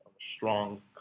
strong